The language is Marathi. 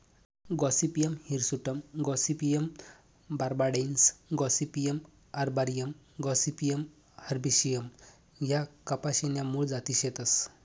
Gossypium hirsutum gossypium barbadense gossypium arboreum gossypium herbaceum ह्या कपाशी न्या मूळ जाती शेतस